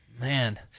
man